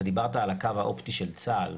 אתה דיברת על הקו האופטי של צה"ל,